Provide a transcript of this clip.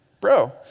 bro